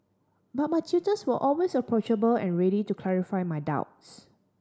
but my tutors were always approachable and ready to clarify my doubts